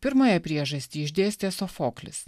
pirmąją priežastį išdėstė sofoklis